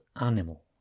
animal